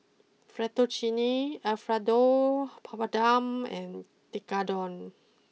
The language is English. Fettuccine Alfredo Papadum and Tekkadon